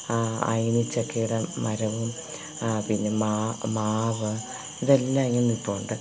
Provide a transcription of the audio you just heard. അയ്നി ചക്കേടെ മരവും പിന്നെ മാ മാവ് ഇതെല്ലാം ഇങ്ങനെ നില്പുണ്ട്